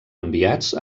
enviats